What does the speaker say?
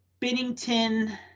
Binnington